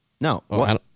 No